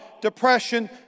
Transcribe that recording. depression